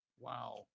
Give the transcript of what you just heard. Wow